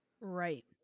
Right